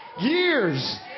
Years